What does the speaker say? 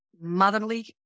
motherly